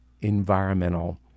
environmental